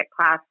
class